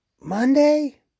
Monday